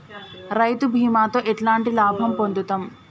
రైతు బీమాతో ఎట్లాంటి లాభం పొందుతం?